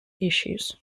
issues